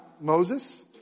Moses